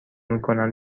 میکنن